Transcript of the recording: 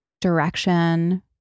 direction